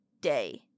day